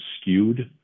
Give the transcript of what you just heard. skewed